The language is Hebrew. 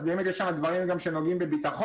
אז באמת יש שם דברים גם שנוגעים בביטחון,